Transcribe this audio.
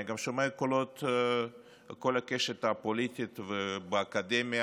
אני שומע קולות מכל הקשת הפוליטית ובאקדמיה,